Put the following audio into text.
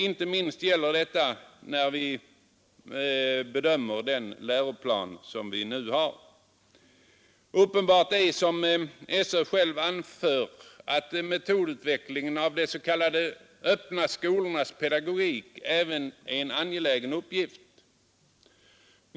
Inte minst gäller detta vid bedömningen av den läroplan som vi nu har. Uppenbart är, som också SÖ anför, att metodutvecklingen av de s.k. öppna skolornas pedagogik även är en angelägen uppgift.